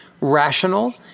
rational